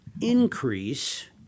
increase